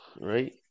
right